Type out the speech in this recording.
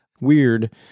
weird